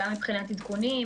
גם מבחינת עדכונים,